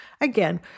Again